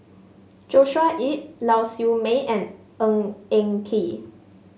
Joshua Ip Lau Siew Mei and Ng Eng Kee